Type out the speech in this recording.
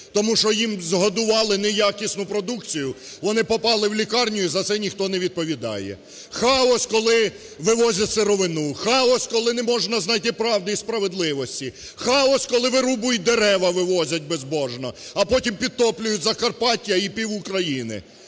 тому що їм згодували неякісну продукцію, вони попали в лікарню, і за це ніхто не відповідає. Хаос, коли вивозять сировину. Хаос, коли не можна знайти правди і справедливості. Хаос, коли вирубують дерева, вивозять безбожно, а потім підтоплюють Закарпаття і пів-України.